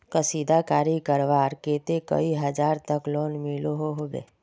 कशीदाकारी करवार केते कई हजार तक लोन मिलोहो होबे?